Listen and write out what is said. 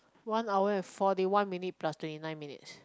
one hour and forty one minutes plus twenty nine minutes